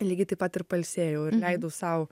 lygiai taip pat ir pailsėjau ir leidau sau